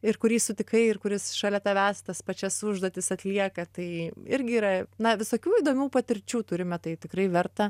ir kurį sutikai ir kuris šalia tavęs tas pačias užduotis atlieka tai irgi yra na visokių įdomių patirčių turime tai tikrai verta